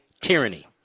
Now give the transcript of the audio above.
tyranny